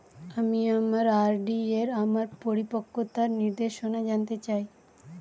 আমি আমার আর.ডি এর আমার পরিপক্কতার নির্দেশনা জানতে চাই